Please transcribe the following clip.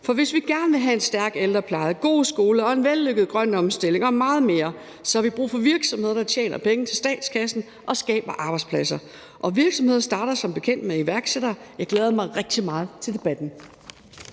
For hvis vi gerne vil have en stærk ældrepleje, gode skoler og en vellykket grøn omstilling og meget mere, har vi brug for virksomheder, der tjener penge til statskassen og skaber arbejdspladser. Og virksomheder starter som bekendt med iværksættere. Jeg glæder mig rigtig meget til debatten.